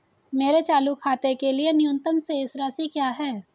मेरे चालू खाते के लिए न्यूनतम शेष राशि क्या है?